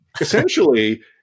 essentially